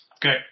Okay